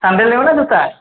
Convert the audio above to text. sandal ନେବେ ନା ଜୋତା